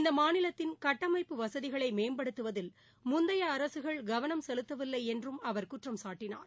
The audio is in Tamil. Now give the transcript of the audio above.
இந்த மாநிலத்தின் கட்டமைப்பு வசதிகளை மேம்படுத்துவதில் முந்தைய அரசுகள் கவனம் செலுத்தவில்லை என்றும் அவர் குற்றம்சாட்டினார்